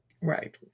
Right